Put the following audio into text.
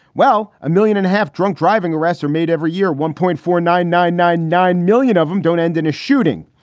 well, a million and half drunk driving arrests are made every year, one point four nine nine nine nine million of them don't end in a shooting.